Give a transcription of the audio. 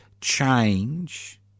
change